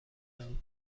منی